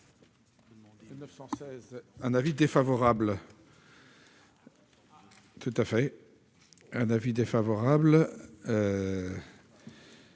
un avis défavorable